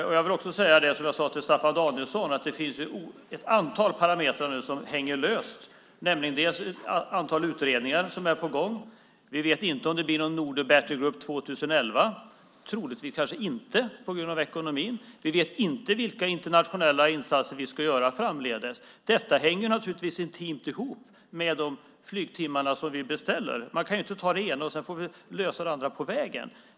Som jag sade till Staffan Danielsson är det ett antal parametrar som hänger löst. Det är ett antal utredningar på gång. Vi vet inte om det blir någon Nordic Battlegroup 2011 - troligtvis inte, på grund av ekonomin. Vi vet inte vilka internationella insatser vi ska göra framdeles. Detta hänger naturligtvis intimt ihop med de flygtimmar vi beställer. Man kan inte ta det ena och lösa det andra på vägen.